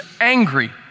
angry